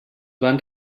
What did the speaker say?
van